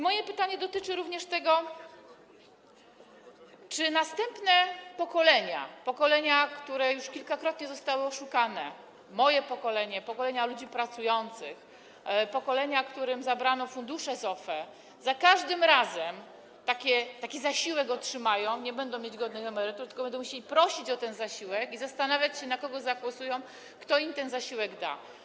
Moje pytanie dotyczy również tego, czy następne pokolenia, pokolenia, które już kilkakrotnie zostały oszukane, moje pokolenie, pokolenia ludzi pracujących, pokolenia, którym zabrano fundusze z OFE, za każdym razem taki zasiłek otrzymają, nie będą mieć godnych emerytur, tylko będą musieli prosić o ten zasiłek i zastanawiać się, na kogo zagłosują, kto im ten zasiłek da.